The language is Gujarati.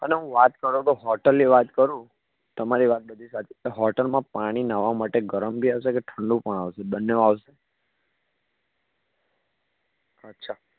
અને હું વાત કરો તો હોટેલની વાત કરું તમારી વાત બધી સાચી હોટેલમાં પાણી નાહવા માટે ગરમ બી આવશે કે ઠંડુ પણ આવશે બંને આવશે